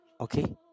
Okay